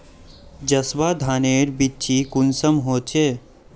जसवा धानेर बिच्ची कुंसम होचए?